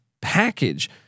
package